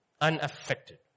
Unaffected